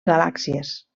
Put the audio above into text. galàxies